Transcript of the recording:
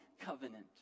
covenant